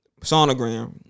sonogram